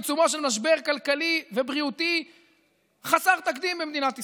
בעיצומו של משבר כלכלי ובריאותי חסר תקדים במדינת ישראל.